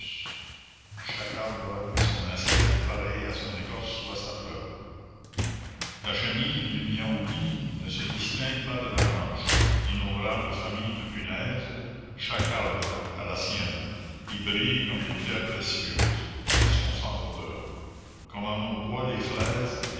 chaque arbre a son insecte pareil à son écorce ou à sa fleur la chenille du niaouli ne se distingue pas de la branche d'innombrables familles de punaises chaque arbre à la sienne y brillent comme des pierres précieuses elles sont sans odeur comme en nos bois les fraises